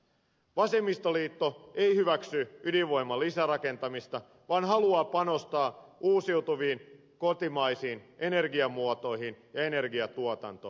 vasemmistoliitto ei hyväksy ydinvoiman lisärakentamista vaan haluaa panostaa uusiutuviin kotimaisiin energiamuotoihin ja energiatuotantoon